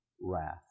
wrath